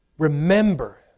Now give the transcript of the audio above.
Remember